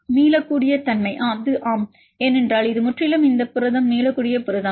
எனவே மீளக்கூடிய தன்மை அது ஆம் ஏனென்றால் இது முற்றிலும் இந்த புரதம் மீளக்கூடிய புரதம்